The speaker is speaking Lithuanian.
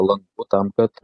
langų tam kad